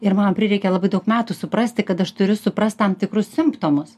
ir man prireikė labai daug metų suprasti kad aš turiu suprast tam tikrus simptomus